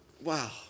Wow